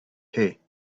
hay